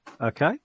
Okay